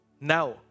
now